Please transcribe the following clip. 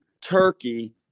turkey